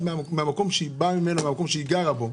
מהמקום שהיא באה ממנו ומהמקום שהיא גרה בו.